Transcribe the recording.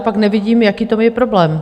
Pak nevidím, jaký v tom je problém.